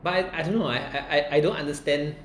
but I don't know I I I don't understand